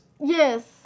Yes